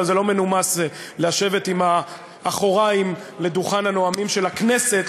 אבל זה לא מנומס לשבת עם האחוריים לדוכן הנואמים של הכנסת.